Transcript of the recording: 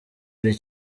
ari